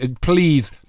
Please